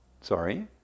Sorry